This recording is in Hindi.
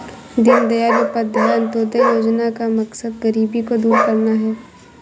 दीनदयाल उपाध्याय अंत्योदय योजना का मकसद गरीबी को दूर करना है